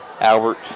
Albert